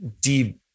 deep